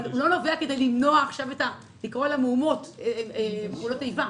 אבל הוא לא נובע מתוך רצון לקרוא למהומות פעולות איבה.